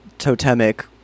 totemic